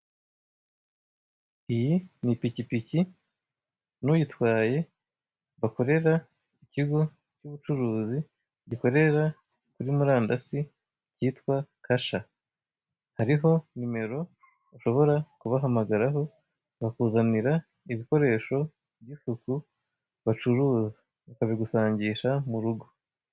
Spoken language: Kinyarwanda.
Iyi ni ipikipiki n'uyitwaye. Bakorera ikigo cy'Ubucuruzi gikorera kuri murandasi cyitwa Kasha. Hariho nimero ushobora kubahamagaraho bakakuzanira ibikoresho by'isuku bacuruza, bakabigusangisha mu rugo.